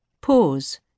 Pause